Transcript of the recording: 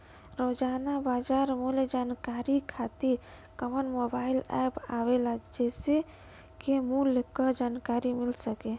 रोजाना बाजार मूल्य जानकारी खातीर कवन मोबाइल ऐप आवेला जेसे के मूल्य क जानकारी मिल सके?